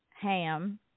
ham